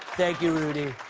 thank you, rudy.